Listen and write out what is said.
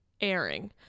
airing